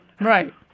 Right